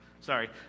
Sorry